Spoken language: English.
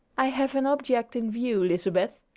i have an object in view, lizabeth,